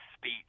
speech